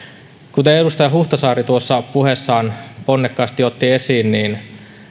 kuten edustaja huhtasaari tuossa puheessaan ponnekkaasti otti esiin